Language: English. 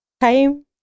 time